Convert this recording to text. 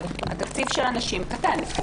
התקציב של הנשים קטן.